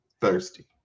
thirsty